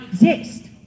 exist